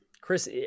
Chris